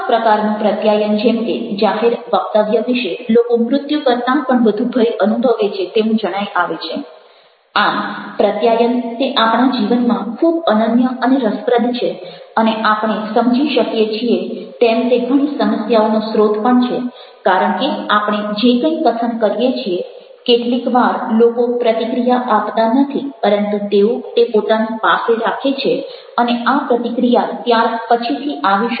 ખાસ પ્રકારનું પ્રત્યાયન જેમ કે જાહેર વક્તવ્ય વિશે લોકો મૃત્યુ કરતાં પણ વધુ ભય અનુભવે છે તેવું જણાઈ આવે છે આમ પ્રત્યાયન તે આપણા જીવનમાં ખૂબ અનન્ય અને રસપ્રદ છે અને આપણે સમજી શકીએ છીએ તેમ તે ઘણી સમસ્યાઓનો સ્રોત પણ છે કારણ કે આપણે જે કંઈ કથન કરીએ છીએ કેટલીક વાર લોકો પ્રતિક્રિયા આપતા નથી પરંતુ તેઓ તે પોતાની પાસે રાખે છે અને આ પ્રતિક્રિયા ત્યાર પછીથી આવી શકે